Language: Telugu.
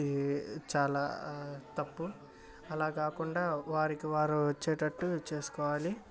ఈ చాలా తప్పు అలా కాకుండా వారికి వారు వచ్చేటట్టు చేసుకోవాలి